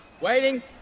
Waiting